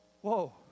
whoa